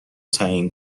تعیین